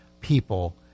people